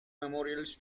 memorials